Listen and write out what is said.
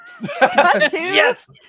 Yes